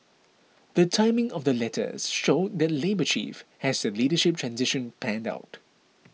the timing of the letters showed that Labour Chief has the leadership transition planned out